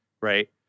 right